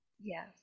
yes